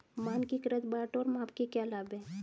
मानकीकृत बाट और माप के क्या लाभ हैं?